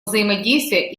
взаимодействия